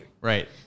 Right